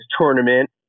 tournament